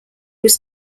was